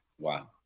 Wow